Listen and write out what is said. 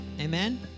Amen